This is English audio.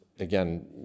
again